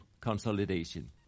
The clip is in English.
consolidation